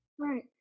Right